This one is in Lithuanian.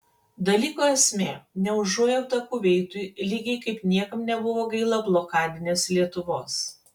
dalyko esmė ne užuojauta kuveitui lygiai kaip niekam nebuvo gaila blokadinės lietuvos